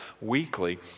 weekly